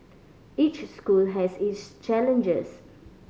each school has its challenges